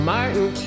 Martin